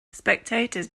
spectators